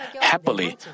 happily